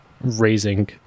raising